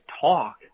talk